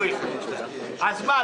אז מה,